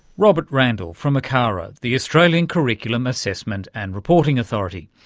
robert randall from acara, the australian curriculum assessment and reporting authority.